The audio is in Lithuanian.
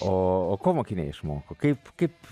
o o ko mokiniai išmoko kaip kaip